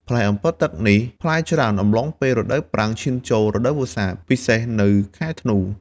ផ្លែអម្ពិលទឹកនេះផ្លែច្រើនអំឡុងពេលរដូវប្រាំងឈានចូលរដូវវស្សា ពិសេសនៅខែធ្នូ។